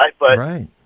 right